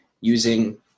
using